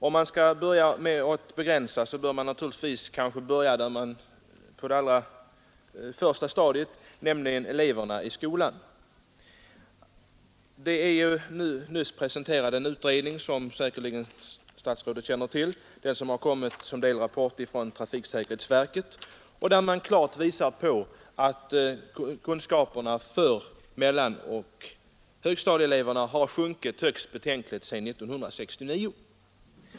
Om man skall begränsa bör man naturligtvis börja på det allra första stadiet, nämligen bland eleverna i skolan. Det har ju nyss presenterats en utredning som statsrådet säkerligen känner till. Den har kommit som en delrapport från trafiksäkerhetsverket. Där visas klart att kunskaperna hos mellanoch högstadieeleverna har sjunkit högst betänkligt sedan 1969.